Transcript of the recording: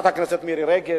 חברת הכנסת מירי רגב,